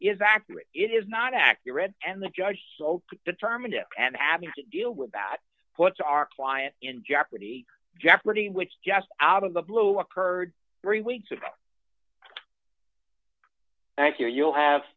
is accurate it is not accurate and the judge so determined and having to deal with that what's our client in jeopardy jeopardy which just out of the blue occurred three weeks ago thank you and you'll have